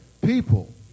people